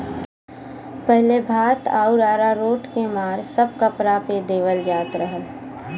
पहिले भात आउर अरारोट क माड़ सब कपड़ा पे देवल जात रहल